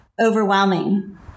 overwhelming